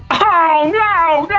oh no!